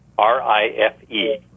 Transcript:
R-I-F-E